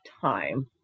time